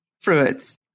Fruits